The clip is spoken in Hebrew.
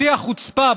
שיא החוצפה,